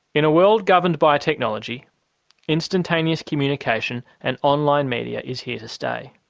in a world governed by technology instantaneous communication and online media is here to stay.